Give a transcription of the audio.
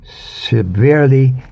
severely